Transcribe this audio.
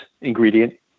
ingredient